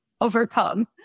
overcome